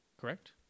correct